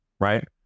right